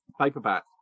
paperback